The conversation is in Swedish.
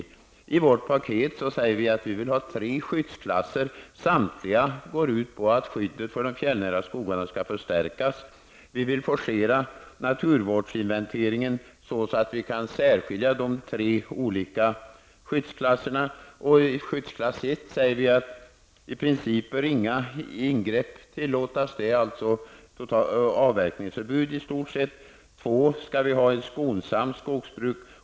Vi säger att vi i vårt paket vill ha tre skyddsklasser. Samtliga går ut på att skyddet för de fjällnära skogarna skall förstärkas. Vi vill forcera naturvårdsinventeringen, så att vi kan särskilja de tre olika skyddsklasserna. För skyddsklass ett säger vi att i princip inga ingrepp bör tillåtas. Det är i stort sett avverkningsförbud. Enligt skyddslag två skall vi ha ett skonsamt skogsbruk.